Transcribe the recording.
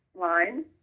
line